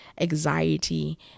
anxiety